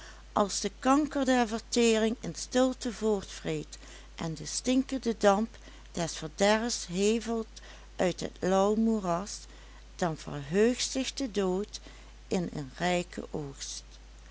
als de kanker der vertering in stilte voortvreet en de stinkende damp des verderfs hevelt uit het lauw moeras dan verheugt zich de dood in een rijken oogst